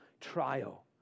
trial